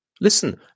Listen